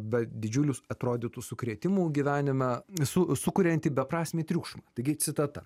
be didžiulių atrodytų sukrėtimų gyvenime su sukurianti beprasmį triukšmą taigi citata